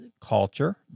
culture